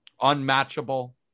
unmatchable